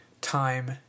time